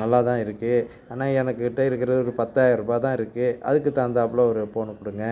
நல்லாதான் இருக்குது ஆனால் எனக்கிட்ட இருக்கிற ஒரு பத்தாயர்ரூபாய் தான் இருக்கு அதுக்குத் தகுந்தாப்ல ஒரு போனு கொடுங்க